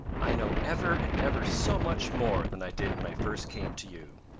i know ever and ever so much more than i did when i first came to you,